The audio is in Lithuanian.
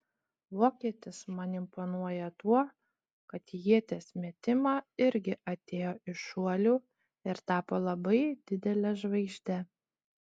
vokietis man imponuoja tuo kad į ieties metimą irgi atėjo iš šuolių ir tapo labai didele žvaigžde